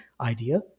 idea